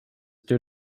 due